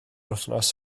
wythnos